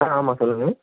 ஆ ஆமாம் சொல்லுங்கள்